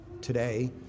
today